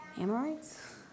Amorites